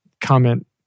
comment